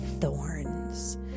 thorns